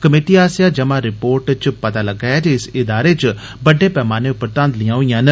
committee आस्सेआ जमा report च पता लग्गा ऐ जे इस इदारे च बड्डे पैमाने पर धांघलियां होई दियां न